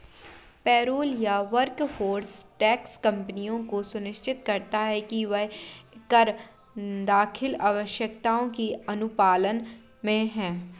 payroll या workforce tax कंपनियों को सुनिश्चित करता है कि वह कर दाखिल आवश्यकताओं के अनुपालन में है